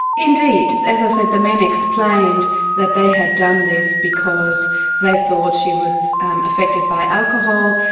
indeed. as i said the men explained that they had done this because they thought she was affected by alcohol.